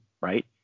right